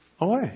away